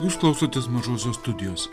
jūs klausutės mažosios studijos